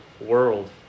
world